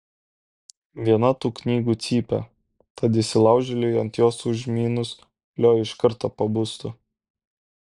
viena tų knygų cypia tad įsilaužėliui ant jos užmynus leo iš karto pabustų